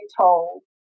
told